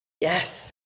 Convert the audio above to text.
Yes